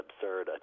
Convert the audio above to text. absurd